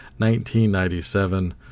1997